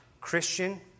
Christian